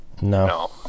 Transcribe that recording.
No